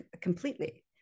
completely